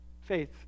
faith